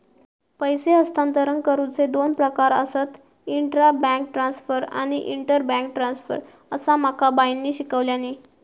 पैसे हस्तांतरण करुचे दोन प्रकार आसत, इंट्रा बैंक ट्रांसफर आणि इंटर बैंक ट्रांसफर, असा माका बाईंनी शिकवल्यानी